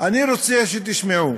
אני רוצה שתשמעו.